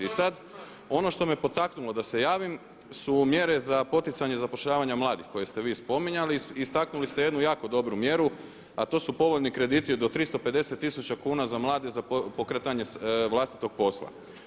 I sada ono što me potaknulo da se javim su mjere za poticanje zapošljavanja mladih koje ste vi spominjali i istaknuli ste jednu jako dobru mjeru a to su povoljni krediti do 350 tisuća kuna za mlade za pokretanje vlastitog posla.